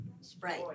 Sprite